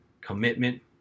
commitment